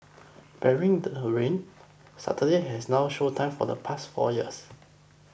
barring rain Saturday has no show time for the past four years